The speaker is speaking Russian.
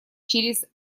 через